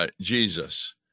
Jesus